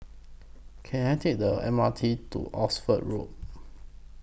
Can I Take The M R T to Oxford Road